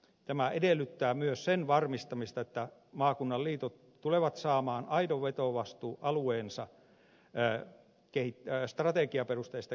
tämä edellyttää myös sen varmistamista että maakunnan liitot tulevat saamaan aidon vetovastuun alueensa strategiaperusteisesta kehittämisestä